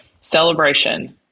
Celebration